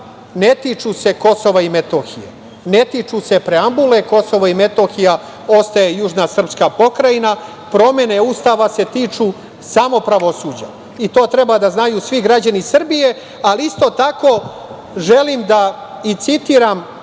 ne tiču se Kosova i Metohije, ne tiču se preambule. Kosovo i Metohija ostaje južna srpska pokrajina. Promene Ustava se tiču samo pravosuđa. To treba da znaju svi građani Srbije, ali isto tako želim da i citiram